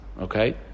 okay